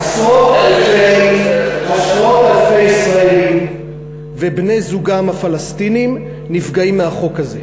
עשרות אלפי ישראלים ובני-זוגם הפלסטינים נפגעים מהחוק הזה.